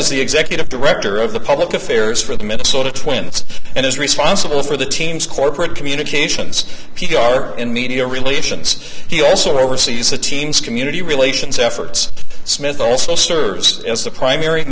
is the executive director of the public affairs for the minnesota twins and is responsible for the team's corporate communications p r and media relations he also oversees the team's community relations efforts smith also serves as the primary